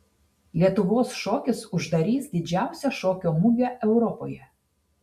lietuvos šokis uždarys didžiausią šokio mugę europoje